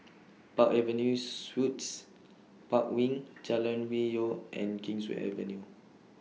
Park Avenue Suites Park Wing Jalan Hwi Yoh and Kingswear Avenue